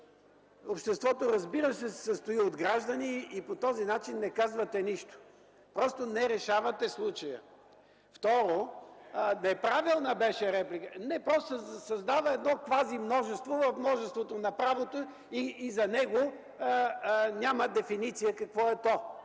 Обществото, разбира се, се състои от граждани и по този начин не казвате нищо. Просто не решавате случая. Просто се създава едно квазимножество в множеството на правото и за него няма дефиниция какво е то.